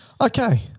Okay